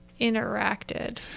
interacted